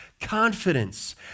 confidence